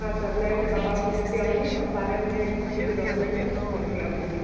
हाँ सर मैं अपने पापा को लेते आऊँगी और सारे अपने स्कूटी के डॉक्यूमेंट है सब को लेते आऊँगी मैं